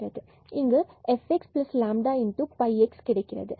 இங்கு fxλx இதுவே கிடைக்கிறது